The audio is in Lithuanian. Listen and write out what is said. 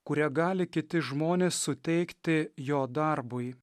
kurią gali kiti žmonės suteikti jo darbui